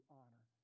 honor